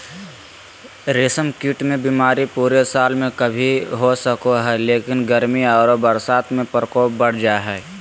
रेशम कीट मे बीमारी पूरे साल में कभी भी हो सको हई, लेकिन गर्मी आरो बरसात में प्रकोप बढ़ जा हई